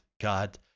God